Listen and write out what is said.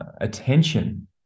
attention